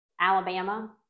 Alabama